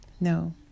No